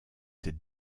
ses